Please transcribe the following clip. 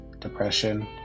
depression